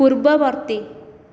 ପୂର୍ବବର୍ତ୍ତୀ